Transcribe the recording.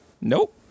Nope